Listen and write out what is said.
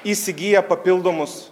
įsigija papildomus